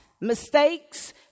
mistakes